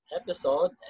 episode